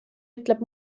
ütleb